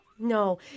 no